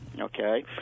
Okay